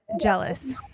jealous